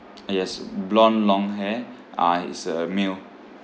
yes blonde long hair uh is a male